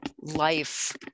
life